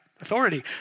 authority